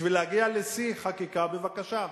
בשביל להגיע לשיא חקיקה, בבקשה.